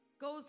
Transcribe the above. goes